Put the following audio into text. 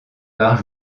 par